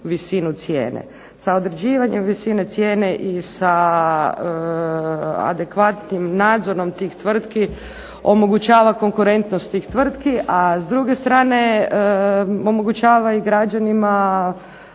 visinu cijene. Sa određivanjem visine cijene i sa adekvatnim nadzorom tih tvrtki omogućava konkurentnost tih tvrtki, a s druge strane omogućava i građanima